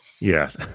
Yes